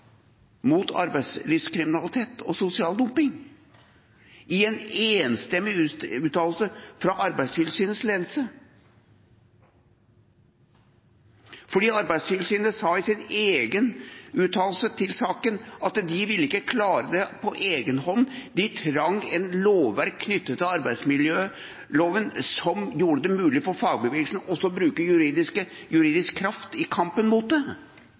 mot arbeidslivskriminalitet og sosial dumping. Arbeidstilsynet sa i sin uttalelse til saken at de ville ikke klare det på egen hånd, de trengte et lovverk knyttet til arbeidsmiljøloven som gjorde det mulig for fagbevegelsen også å bruke juridisk kraft i kampen mot det